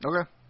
Okay